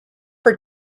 for